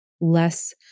less